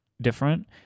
different